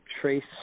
trace